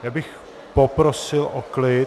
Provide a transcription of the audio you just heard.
Já bych poprosil o klid!